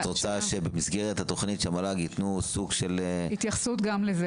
את רוצה שבמסגרת התכנית המל"ג ייתנו גם התייחסות לזה.